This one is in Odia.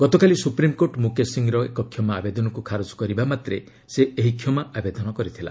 ଗତକାଲି ସୁପ୍ରିମ୍କୋର୍ଟ ମୁକେଶ୍ ସିଂର ଏକ କ୍ଷମା ଆବେଦନକୁ ଖାରଜ କରିବାମାତ୍ରେ ସେ ଏହି କ୍ଷମା ଆବେଦନ କରିଥିଲା